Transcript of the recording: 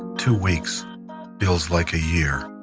two weeks feels like a year.